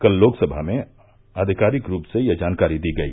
कल लोकसभा में अधिकारिक रूप से यह जानकारी दी गई